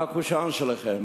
מה הקושאן שלכם?